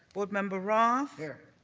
board member roth. here.